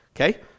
Okay